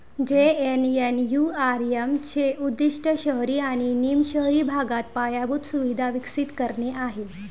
JNNURM चे उद्दीष्ट शहरी आणि निम शहरी भागात पायाभूत सुविधा विकसित करणे आहे